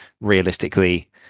realistically